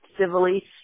civilly